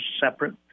separate